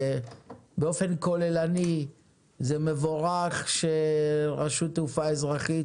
באופן כוללני זה מבורך שרשות תעופה אזרחית,